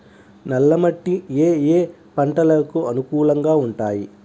నల్ల మట్టి ఏ ఏ పంటలకు అనుకూలంగా ఉంటాయి?